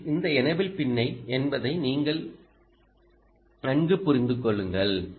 எனவே இந்த எனேபிள் பின்னை என்பதை நீங்கள் நன்கு புரிந்துகொள்ளுங்கள்